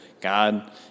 God